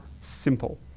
simple